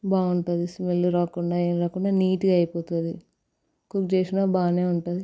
బాగుంటుంది స్మెల్ రాకుండా ఏమి రాకుండా నీట్గా అయిపోతుంది కుక్ చేసిన బాగానే ఉంటుంది